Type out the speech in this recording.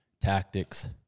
Tactics